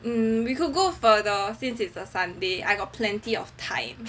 mm we could go further since it's a sunday I got plenty of time